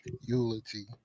Eulogy